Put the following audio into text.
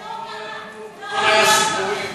הסיפורים.